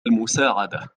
المساعدة